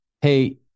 hey